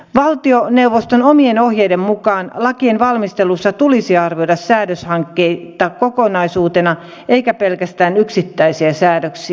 valtioneuvoston omien ohjeiden mukaan lakien valmistelussa tulisi arvioida säädöshankkeita kokonaisuutena eikä pelkästään yksittäisiä säädöksiä